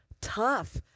tough